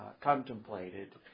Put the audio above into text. contemplated